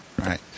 Right